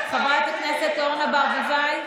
חברת הכנסת אורנה ברביבאי.